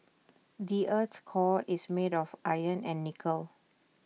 the Earth's core is made of iron and nickel